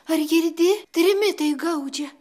ar girdi trimitai gaudžia